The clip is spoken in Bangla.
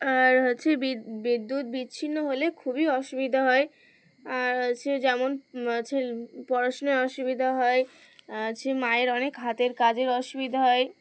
আর হচ্ছে বি বিদ্যুৎ বিচ্ছিন্ন হলে খুবই অসুবিধা হয় আর হচ্ছে যেমন হচ্ছে পড়াশোনার অসুবিধা হয় আর হচ্ছে মায়ের অনেক হাতের কাজের অসুবিধা হয়